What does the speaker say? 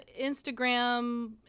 Instagram